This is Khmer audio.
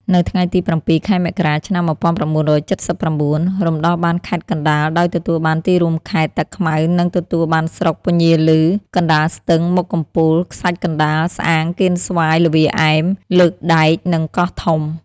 នៅថ្ងៃទី ០៧ ខែមករា ឆ្នាំ ១៩៧៩ រំដោះបានខេត្តកណ្តាល ដោយទទួលបានទីរួមខេត្ត តាខ្មៅ និងទទួលបានស្រុក ពញាឮ កណ្តាលស្ទឹង មុខកំពូល ខ្សាច់កណ្តាល ស្អាង កៀនស្វាយ ល្វាឯម លើកដែក និងកោះធំ។